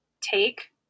take